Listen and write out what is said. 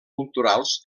culturals